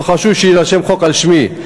לא חשוב לי שיירשם חוק על שמי.